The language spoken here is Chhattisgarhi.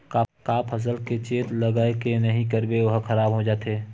का फसल के चेत लगय के नहीं करबे ओहा खराब हो जाथे?